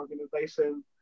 organization